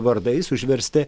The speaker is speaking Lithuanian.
vardais užversti